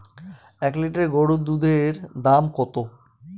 এক লিটার গরুর দুধের দাম কত?